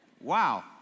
Wow